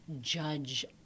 judge